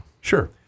Sure